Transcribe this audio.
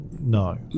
No